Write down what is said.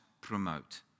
promote